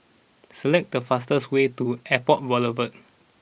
select the fastest way to Airport Boulevard